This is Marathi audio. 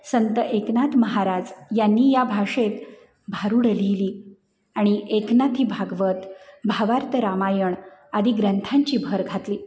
संत एकनाथ महाराज यांनी या भाषेत भारूड लिहिली आणि एकनाथी भागवत भावार्त रामायण आदी ग्रंथांची भर घातली